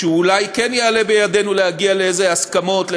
ואולי כן יעלה בידנו להגיע לאילו הסכמות,